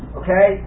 okay